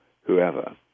whoever